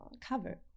cover